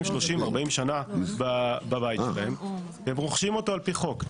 30-40 שנים בבית שלהם הם רוכשים אותו על פי חוק.